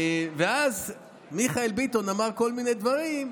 ואז מיכאל ביטון אמר כל מיני דברים,